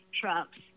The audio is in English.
Trump's